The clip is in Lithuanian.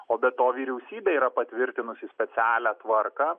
o be to vyriausybė yra patvirtinusi specialią tvarką